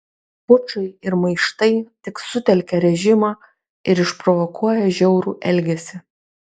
pučai ir maištai tik sutelkia režimą ir išprovokuoja žiaurų elgesį